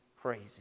crazy